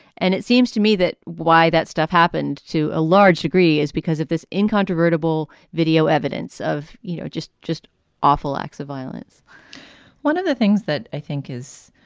and it seems to me that why that stuff happened to a large degree is because of this incontrovertible video evidence of, you know, just just awful acts of violence one of the things that i think is.